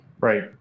Right